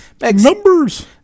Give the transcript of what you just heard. Numbers